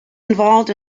involved